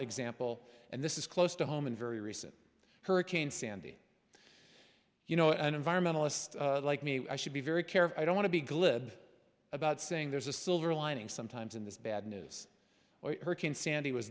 example and this is close to home in very recent hurricane sandy you know an environmentalist like me i should be very careful i don't want to be glib about saying there's a silver lining sometimes in this bad news or hurricane sandy was